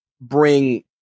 bring